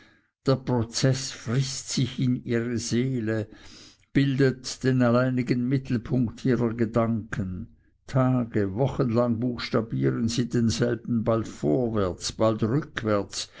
der prozeß frißt sich in ihre seele bildet den alleinigen mittelpunkt ihrer gedanken tage wochenlang buchstabieren sie denselben bald vorwärts bald rückwärts